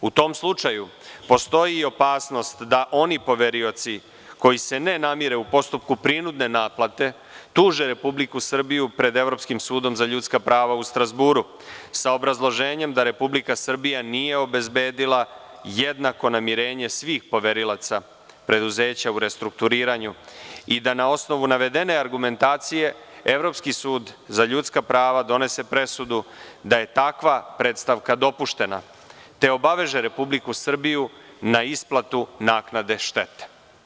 U tom slučaju postoji opasnost da oni poverioci koji se ne namire u postupku prinudne naplate tuže Republiku Srbiju pred Evropskim sudom za ljudska prava u Strazburu, sa obrazloženjem da Republika Srbija nije obezbedila jednako namirenje svih poverilaca preduzeća u restrukturiranju i da na osnovu navedene argumentacije Evropski sud za ljudska prava donese presudu da je takva predstavka dopuštena, te obaveže Republiku Srbiju na isplatu naknade štete.